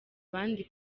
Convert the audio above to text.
abandi